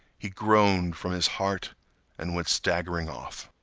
he groaned from his heart and went staggering off.